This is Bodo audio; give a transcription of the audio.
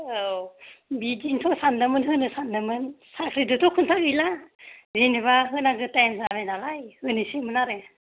औ बिदिनोथ' सानदोंमोन होनो सानदोंमोन साख्रिजोंथ' खोथा गैला जेन'बा होनांगौ थाइम जाबाय नालाय होनोसैमोन आरो